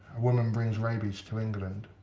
woman brings rabies to england.